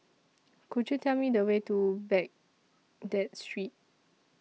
Could YOU Tell Me The Way to Baghdad Street